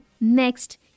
next